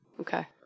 okay